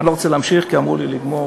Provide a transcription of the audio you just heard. אני לא רוצה להמשיך כי אמרו לי לגמור.